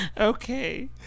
Okay